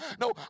No